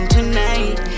Tonight